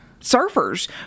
surfers